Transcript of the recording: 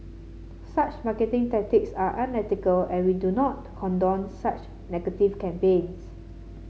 such marketing tactics are unethical and we do not condone such negative campaigns